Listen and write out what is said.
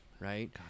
right